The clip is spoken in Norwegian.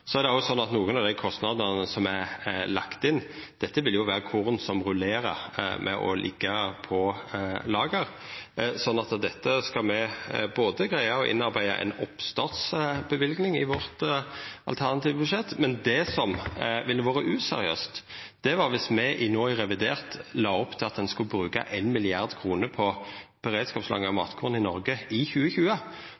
Det er òg sånn at nokre av kostandene som er lagde inn, vil gjelda korn som rullerar med å liggja på lager. Dette skal me greia å innarbeida ei oppstartsløyving for i vårt alternative budsjett. Det som hadde vore useriøst, hadde vore viss me no i revidert la opp til at ein skulle bruka 1 mrd. kr på